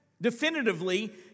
Definitively